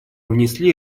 внесли